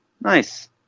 nice